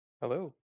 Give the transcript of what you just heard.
Hello